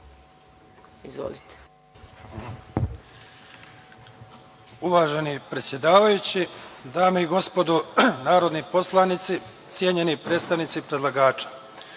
Izvolite.